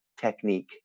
technique